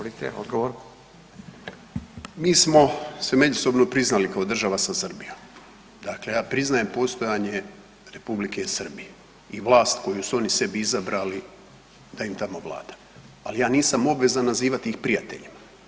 Mi smo se međusobno priznali kao država sa Srbijom, dakle ja priznajem postojanje Republike Srbije i vlast koju su oni sebi izabrali da im tamo vlada, al ja nisam obvezan nazivati ih prijateljima.